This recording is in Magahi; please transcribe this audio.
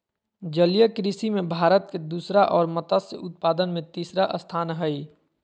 जलीय कृषि में भारत के दूसरा और मत्स्य उत्पादन में तीसरा स्थान हइ